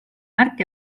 märk